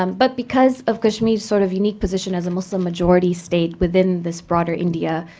um but because of kashmir's sort of unique position as a muslim-majority state within this broader india,